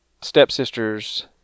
stepsister's